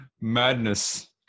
Madness